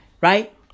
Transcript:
Right